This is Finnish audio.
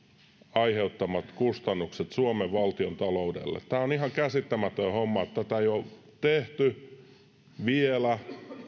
aiheuttamat kustannukset suomen valtiontaloudelle tämä on ihan käsittämätön homma että tätä ei ole tehty vielä